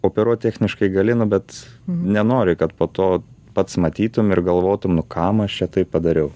operuot techniškai gali bet nenori kad po to pats matytum ir galvotum nu kam aš čia taip padariau